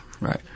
right